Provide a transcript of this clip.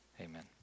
Amen